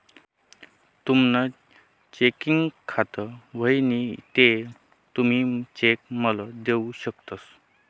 तुमनं चेकिंग खातं व्हयी ते तुमी चेक मेल देऊ शकतंस